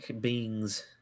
beings